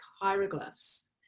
hieroglyphs